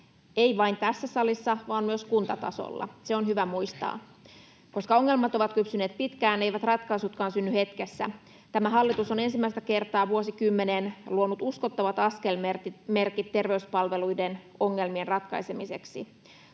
ei vain tässä salissa vaan myös kuntatasolla, se on hyvä muistaa. Koska ongelmat ovat kypsyneet pitkään, eivät ratkaisutkaan synny hetkessä. Tämä hallitus on ensimmäistä kertaa vuosikymmeneen luonut uskottavat askelmerkit terveyspalveluiden ongelmien ratkaisemiseksi.